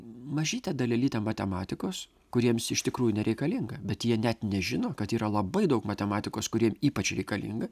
mažytę dalelytę matematikos kuri jiems iš tikrųjų nereikalinga bet jie net nežino kad yra labai daug matematikos kuri jiem ypač reikalinga